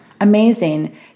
Amazing